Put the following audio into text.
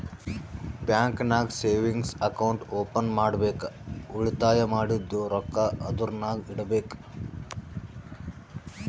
bank ನಾಗ್ savings account open ಮಾಡ್ಬೇಕ ಉಳಿತಾಯ ಮಾಡಿದ್ದು ರೊಕ್ಕಾ ಅದುರ್ನಾಗ್ ಇಡಬೇಕ್